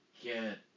get